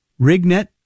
RigNet